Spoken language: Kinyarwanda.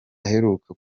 aheruka